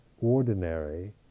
ordinary